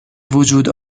وجود